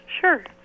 sure